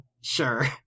sure